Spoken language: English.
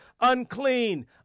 Unclean